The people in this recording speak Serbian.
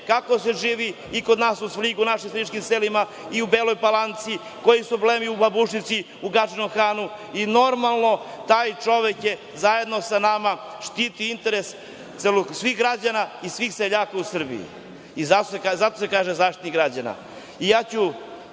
kako se živi i kod nas u Svrljigu, u našim svrljiškim selima i u Beloj Palanci, koji su problemi u Babušnici, u Gadžinom Hanu i normalno taj čovek će zajedno sa nama štititi interese svih građana i svih seljaka u Srbiji i zato se kaže Zaštitnik građana.